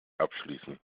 abschließen